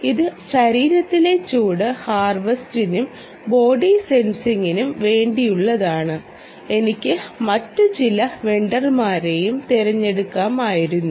ഇത് ശരീരത്തിലെ ചൂട് ഹാർവെസ്റ്റിനും ബോഡി സെൻസറിനും വേണ്ടിയുള്ളതാണ് എനിക്ക് മറ്റ് ചില വെണ്ടർമാരെയും തിരഞ്ഞെടുക്കുമായിരുന്നു